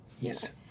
yes